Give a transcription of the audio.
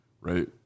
right